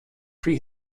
pre